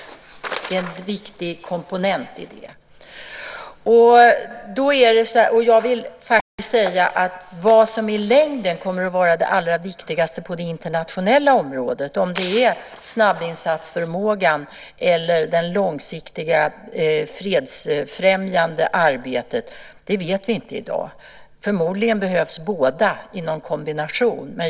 Det är en viktig komponent i det hela. Jag vill också säga att vad som i längden kommer att vara det allra viktigaste på det internationella området, om det är snabbinsatsförmågan eller det långsiktiga fredsfrämjande arbetet, vet vi inte i dag. Förmodligen behövs båda i något slags kombination.